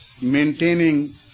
maintaining